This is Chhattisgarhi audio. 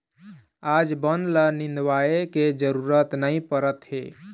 आज बन ल निंदवाए के जरूरत नइ परत हे